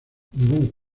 ningún